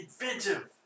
inventive